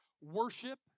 worship